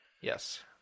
Yes